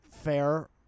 fair